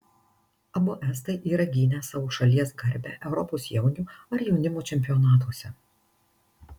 abu estai yra gynę savo šalies garbę europos jaunių ar jaunimo čempionatuose